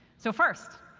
so first,